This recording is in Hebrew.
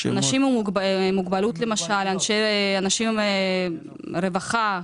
אנשים עם מוגבלויות, אוכלוסיית רווחה.